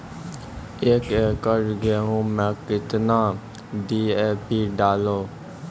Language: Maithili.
एक एकरऽ गेहूँ मैं कितना डी.ए.पी डालो?